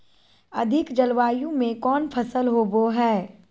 अधिक जलवायु में कौन फसल होबो है?